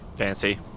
Fancy